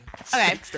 Okay